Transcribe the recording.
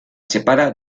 separa